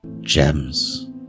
gems